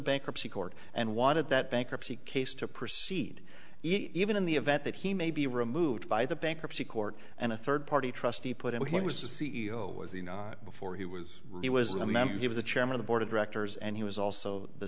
bankruptcy court and wanted that bankruptcy case to proceed even in the event that he may be removed by the bankruptcy court and a third party trustee put him he was a c e o was you know before he was he was a member he was the chairman of the board of directors and he was also the